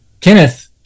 Kenneth